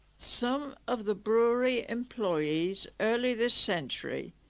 some of the brewery employees early this century.